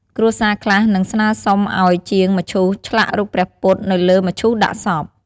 គ្រួសារខ្លះនឹងស្នើសុំឲ្យជាងមឈូសឆ្លាក់រូបព្រះពុទ្ធ នៅលើមឈូសដាក់សព។